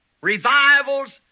revivals